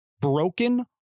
broken